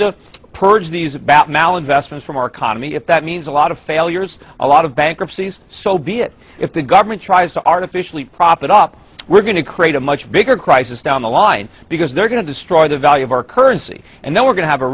to purge these about malinvestment from our economy if that means a lot of failures a lot of bankruptcies so be it if the government tries to artificially propped it up we're going to create a much bigger crisis down the line because they're going to destroy the value of our currency and then we're going to have a